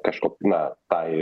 kažkok na tai